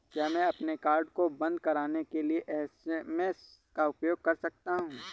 क्या मैं अपने कार्ड को बंद कराने के लिए एस.एम.एस का उपयोग कर सकता हूँ?